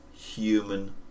human